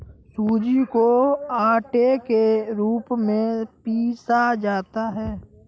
सूजी को आटे के रूप में पीसा जाता है